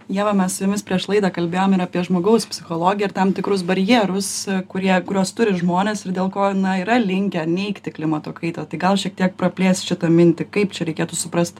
ieva mes jumis prieš laidą kalbėjom ir apie žmogaus psichologiją tam tikrus barjerus kurie kurios turi žmonės ir dėl ko na yra linkę neigti klimato kaitą tai gal šiek tiek praplėst šitą mintį kaip čia reikėtų suprast